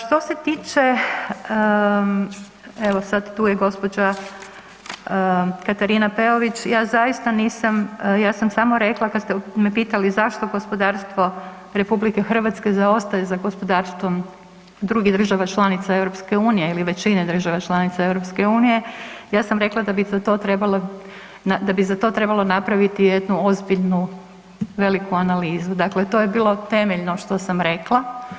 Što se tiče evo sad tu je gđa. Katarina Peović, ja zaista nisam, ja sam samo rekla kad ste me pitali zašto gospodarstvo RH zaostaje za gospodarstvom drugih država članica EU-a ili većine država članica EU-a, ja sam rekla da bi se to trebalo, da bi za to trebalo napraviti jednu ozbiljnu veliku analizu, dakle to je bilo temeljno što sam rekla.